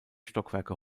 stockwerke